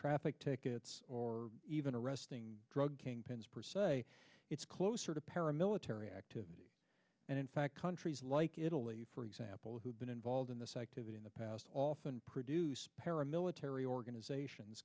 traffic tickets or even arresting drug kingpins per se it's closer to paramilitary activity and in fact countries like italy for example who've been involved in this activity in the past often produce paramilitary organizations